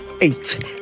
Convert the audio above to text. eight